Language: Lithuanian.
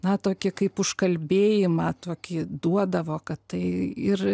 na tokį kaip užkalbėjimą tokį duodavo kad tai ir